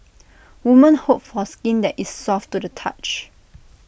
women hope for skin that is soft to the touch